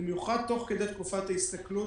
במיוחד תוך כדי תקופת ההסתכלות,